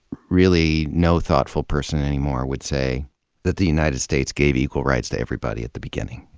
really, no thoughtful person anymore would say that the united states gave equal rights to everybody at the beginning.